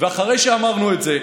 אחרי שאמרנו את זה,